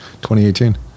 2018